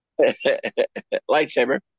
Lightsaber